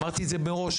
אמרתי את זה מראש,